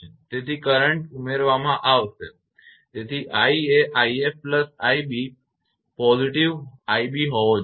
તેથી કરંટ ઉમેરવામાં આવશે તેથી i એ 𝑖𝑓 𝑖𝑏 𝑖𝑏 positive હોવા જોઈએ